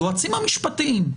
היועצים המשפטיים,